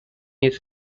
his